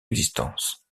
existence